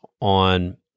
on